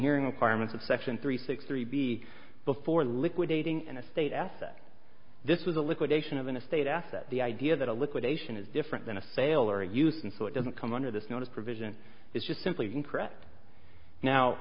hearing acquirements of section three six three b before liquidating an estate asset this was a liquidation of an estate asset the idea that a liquidation is different than a sale or use and so it doesn't come under this notice provision is just simply incorrect now